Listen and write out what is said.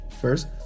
first